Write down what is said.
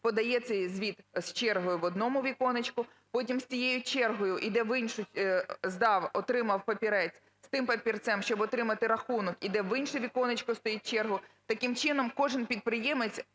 подає цей звіт з чергою в одному віконечку. Потім з цією чергою іде в іншу, здав, отримав папірець. З тим папірцем, щоб отримати рахунок, іде в інше віконечко, стоїть чергу. Таким чином, кожен підприємець